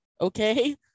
okay